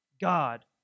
God